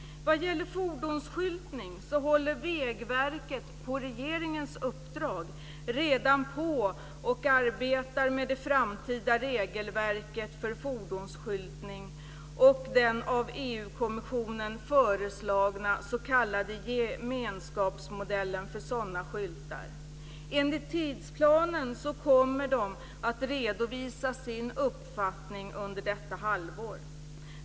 Vad gäller fordonsskyltning håller Vägverket på regeringens uppdrag redan på och arbetar med det framtida regelverket. Detsamma gäller den av EU kommissionen föreslagna s.k. gemenskapsmodellen för sådana skyltar. Enligt tidsplanen kommer de att redovisa sin uppfattning under detta halvår.